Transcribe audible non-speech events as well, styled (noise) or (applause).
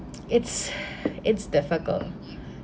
it's (noise) it's difficult